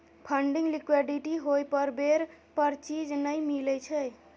funding liquidity होइ पर बेर पर चीज नइ मिलइ छइ